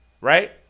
right